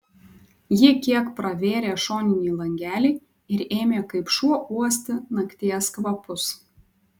ji kiek pravėrė šoninį langelį ir ėmė kaip šuo uosti nakties kvapus